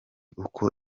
uko